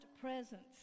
presence